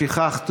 לפיכך,